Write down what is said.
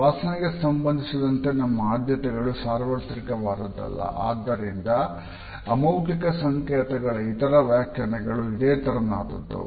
ವಾಸನೆಗೆ ಸಂಬಂಧಿಸಿದಂತೆ ನಮ್ಮ ಆದ್ಯತೆಗಳು ಸಾರ್ವತ್ರಿಕವಾದುದಲ್ಲ ಆದ್ದರಿಂದ ಅಮೌಖಿಕ ಸಂಕೇತಗಳ ಇತರೆ ವ್ಯಾಖ್ಯಾನಗಳು ಇದೇ ತೆರನಾದದ್ದು